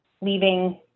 leaving